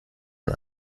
man